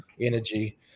energy